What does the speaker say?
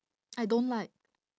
I don't like